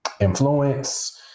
influence